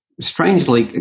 strangely